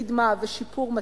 קדמה ושיפור מתמיד,